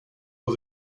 aux